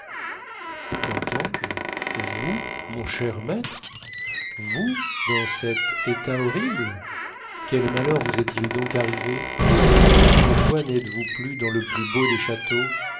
pangloss qu'entends-je vous mon cher maître vous dans cet état horrible quel malheur vous est-il donc arrivé pourquoi n'êtes-vous plus dans le plus beau des châteaux